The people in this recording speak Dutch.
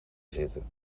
zitten